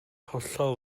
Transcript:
hollol